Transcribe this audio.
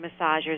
massagers